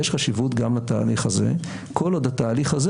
יש חשיבות גם לתהליך הזה כל עוד התהליך הזה